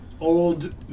old